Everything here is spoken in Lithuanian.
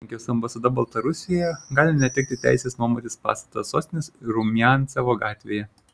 lenkijos ambasada baltarusijoje gali netekti teisės nuomotis pastatą sostinės rumiancevo gatvėje